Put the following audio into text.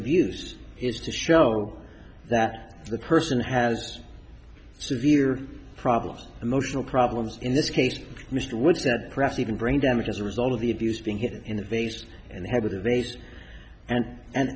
abuse is to show that the person has severe problems emotional problems in this case mr woods that perhaps even brain damage as a result of the abuse being hit in the face and head to the base and and